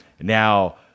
Now